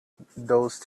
those